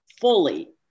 fully